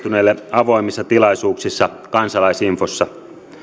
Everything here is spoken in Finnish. avoimissa tilaisuuksissa kansalaisinfossa